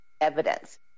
evidence